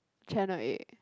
channel eight